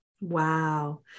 Wow